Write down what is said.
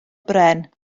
bren